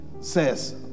says